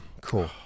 cool